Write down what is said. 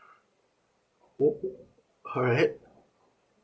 alright